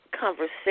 conversation